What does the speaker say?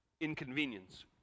inconvenience